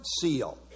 seal